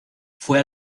fue